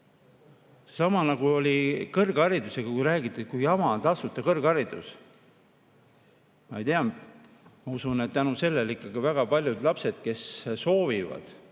Sama oli kõrgharidusega, et räägiti, kui jama on tasuta kõrgharidus. Ma ei tea, aga ma usun, et tänu sellele ikkagi väga paljud lapsed, kes soovivad